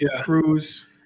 Cruz